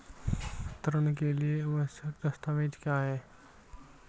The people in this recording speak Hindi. ऋण के लिए आवश्यक दस्तावेज क्या हैं?